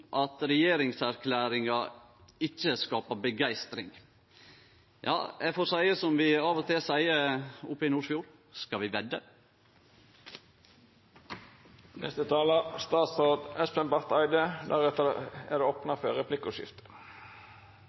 at regjeringserklæringa ikkje skapar begeistring. Ja, eg får seie som vi av og til seier oppe i Nordfjord: Skal vi